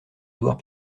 édouard